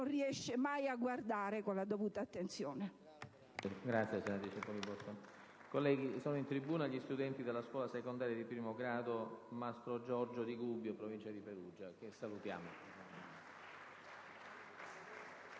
riesce mai a guardare con molta attenzione.